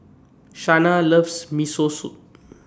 Shanna loves Miso Soup